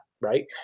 right